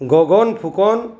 Gagan Phukan